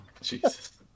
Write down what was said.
Jesus